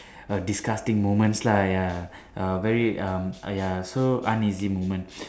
err disgusting moments lah ya err very um uh ya so uneasy moments